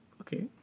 Okay